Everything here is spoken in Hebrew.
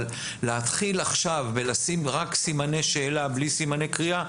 אבל להתחיל עכשיו בלשים רק סימני שאלה בלי סימני קריאה,